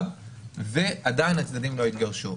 ועדיין הצדדים לא התגרשו.